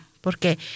porque